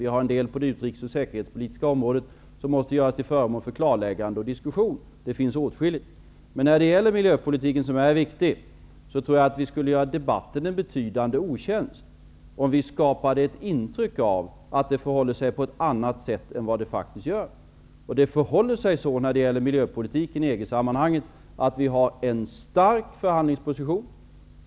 Det är en del på det utrikes och säkerhetspolitiska området som måste göras till föremål för klarläggande och diskussion. Det finns åtskilligt att göra. När det gäller miljöpolitiken, som är viktig, tror jag att vi skulle göra debatten en betydande otjänst om vi skapade ett intryck av att det förhåller sig på ett annat sätt än det gör. Det förhåller sig så med miljöpolitiken i EG-sammanhang att vi har en stark förhandlingsposition.